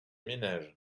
ménages